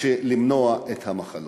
למנוע את המחלות.